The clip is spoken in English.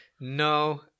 no